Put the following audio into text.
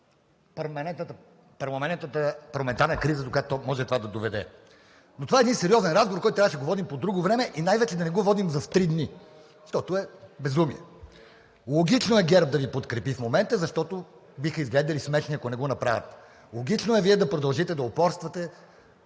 парламентарна криза, до която може това да доведе. Но това е един сериозен разговор, който трябваше да го водим по друго време и най-вече да не го водим в три дни, защото е безумие. Логично е ГЕРБ да Ви подкрепи в момента, защото биха изглеждали смешни, ако не го направят. Логично е Вие да продължите да упорствате,